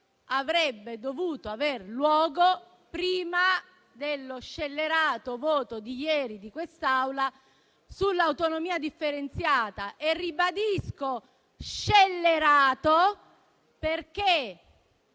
avrebbe dovuto aver luogo prima dello scellerato voto di ieri di quest'Assemblea sull'autonomia differenziata. Ribadisco che è stato un